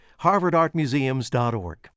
harvardartmuseums.org